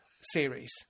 series